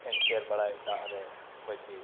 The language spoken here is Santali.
ᱠᱷᱮᱧᱪᱮᱨ ᱵᱟᱲᱟᱭ ᱫᱟᱜ ᱨᱮ ᱵᱟᱹᱪᱤ